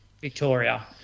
Victoria